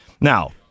Now